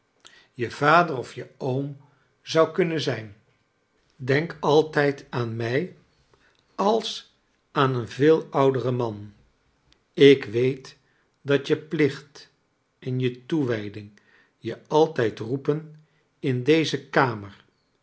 je vader of je oom zou kunnen zijn denk altijd aan mij als aan een veel ouderen man ik weet dat je plicht en je toe wij ding je altijd roepen in deze kamer